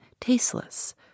tasteless